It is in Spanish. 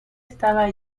estaba